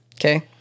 Okay